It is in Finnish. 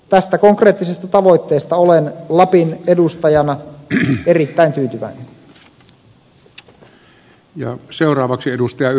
tästä konkreettisesta tavoitteesta olen lapin edustajana erittäin tyytyväinen